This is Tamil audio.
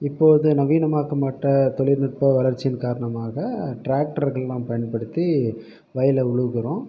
இப்போது நவீனமாக்கப்பட்ட தொழில்நுட்ப வளர்ச்சியின் காரணமாக டிராக்ட்டர்களெலாம் பயன்படுத்தி வயலை உழுகுகிறோம்